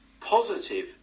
Positive